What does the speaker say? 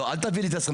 לא אישרו ולא לא אישרו.